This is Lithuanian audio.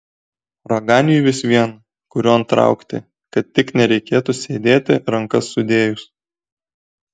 raganiui vis vien kurion traukti kad tik nereikėtų sėdėti rankas sudėjus